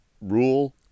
rule